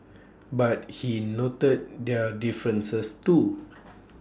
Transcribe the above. but he noted their differences too